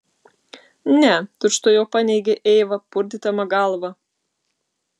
ne tučtuojau paneigė eiva purtydama galvą